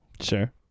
Sure